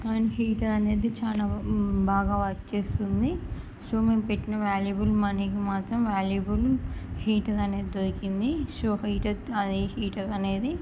and heater అనేది చాలా బాగా వర్క్ చేస్తుంది సో మేము పెట్టిన వ్యాల్యుబుల్ మనీకి మాత్రం వ్యాల్యుబుల్ హీటర్ అనేది దొరికింది సో హీటర్ అది హీటర్ అనేది